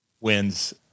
wins